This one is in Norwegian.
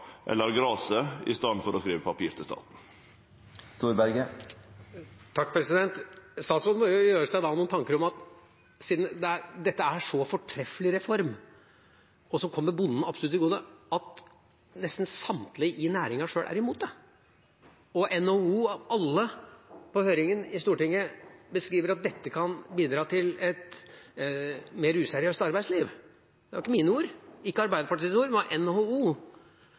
eller graset i staden for å skrive papir til staten. Statsråden må jo da gjøre seg noen tanker, siden dette er en så fortreffelig reform, og som kommer bonden så absolutt til gode, om hvorfor nesten samtlige i næringen sjøl er imot det, og NHO – av alle i høringen i Stortinget – beskriver at dette kan bidra til et mer useriøst arbeidsliv. Det var ikke mine ord, ikke Arbeiderpartiets ord, men det var NHO